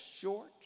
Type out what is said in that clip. short